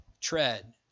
tread